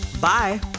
Bye